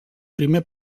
primer